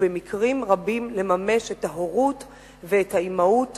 ובמקרים רבים לממש את ההורות והאימהות